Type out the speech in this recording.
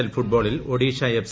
L ഫുട്ബോളിൽ Odisha F